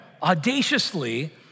audaciously